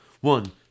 One